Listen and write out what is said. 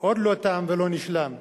עוד לא תם ולא נשלם,